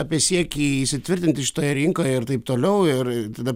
apie siekį įsitvirtinti šitoje rinkoje ir taip toliau ir ir tada